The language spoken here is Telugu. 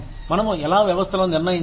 మనము ఎలా వ్యవస్థలను నిర్ణయించాలి